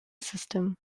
system